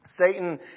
Satan